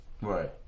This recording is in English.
Right